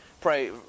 pray